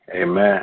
Amen